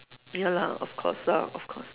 ya lah of course lah of course